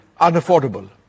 unaffordable